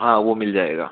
हाँ वो मिल जाएगा